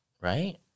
Right